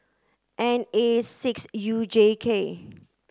N A six U J K